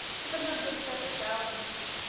to the number of several thousands.